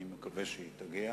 אני מקווה שהיא תגיע.